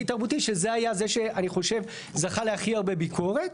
תרבותי - שזה היה זה שאני חושב זכה להכי הרבה ביקורת.